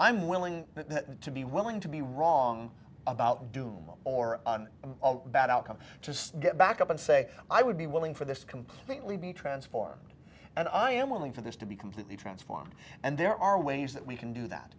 i'm willing to be willing to be wrong about doom or bad outcomes to get back up and say i would be willing for this completely be transformed and i am willing for this to be completely transformed and there are ways that we can do that